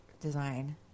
design